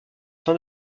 fin